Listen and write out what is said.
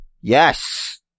Yes